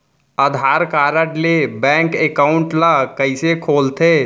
आधार card ले bank account ल कइसे खोलथे?